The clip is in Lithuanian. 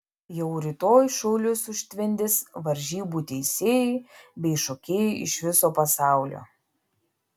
jau rytoj šiaulius užtvindys varžybų teisėjai bei šokėjai iš viso pasaulio